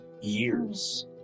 years